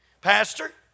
Pastor